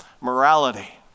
Morality